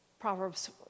Proverbs